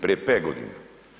Prije 5 godina.